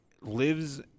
lives